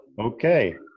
Okay